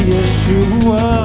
Yeshua